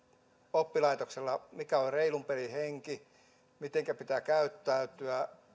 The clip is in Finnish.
oppilaitoksella mikä on reilun pelin henki miten pitää käyttäytyä